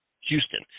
Houston